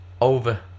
over